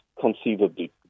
conceivably